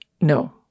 no